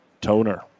Toner